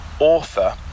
author